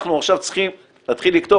אנחנו עכשיו צריכים להתחיל לכתוב,